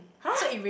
!huh!